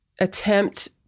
attempt